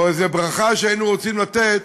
או איזו ברכה שהיינו רוצים לתת,